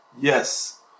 yes